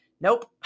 nope